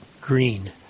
green